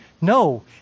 No